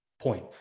point